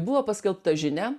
buvo paskelbta žinia